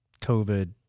COVID